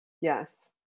Yes